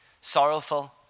Sorrowful